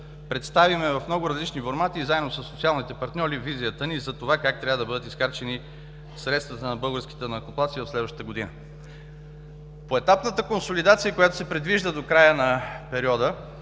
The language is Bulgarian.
представим в много различни формати и заедно със социалните партньори визията ни за това как трябва да бъдат изхарчени средствата на българските данъкоплатци в следващата година. Поетапната консолидация, която се предвижда до края на периода,